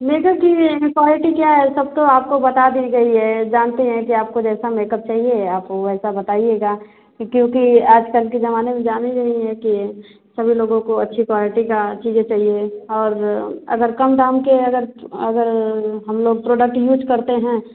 makeup की ये जो क्वालिटी क्या है सब तो आपको बता दी गई है जानते हैं कि आपको जैसा मेकअप चाहिए आपको वैसा बताइएगा क्यूँकि आजकल के ज़माने में जान ही रही हैं कि सभी लोगों को अच्छी क्वालिटी का चीज़ें चाहिए और अगर कम दाम के अगर अगर हम लोग प्रोडक्ट यूज़ करते हैं